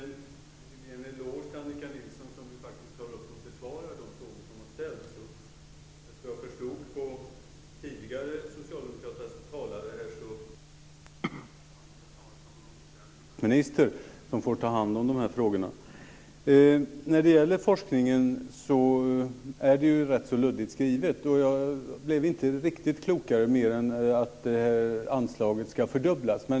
Herr talman! Jag vill ge en eloge till Annika Nilsson som faktiskt går upp och besvarar på de frågor som har ställts. Som jag förstod på tidigare socialdemokratiska talare här så är det en tidigare idrottsminister som får ta hand om de här frågorna. När det gäller forskningen är det rätt luddigt skrivet. Jag blev inte klokare av att anslaget ska fördubblas.